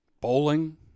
Bowling